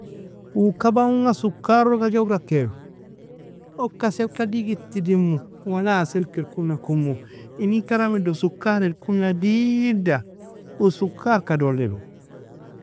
Uu kaba unga sukar log ajaura kair, uka aselka digit idimu, walaa aselke irkuna kumu inin karamido sukar irkuna digda uu sukara ka doliru.